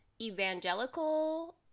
evangelical